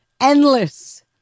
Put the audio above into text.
endless